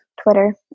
Twitter